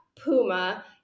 Puma